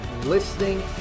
listening